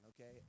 okay